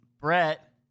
Brett